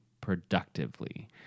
productively